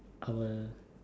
colour